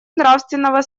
нравственного